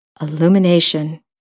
illumination